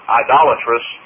idolatrous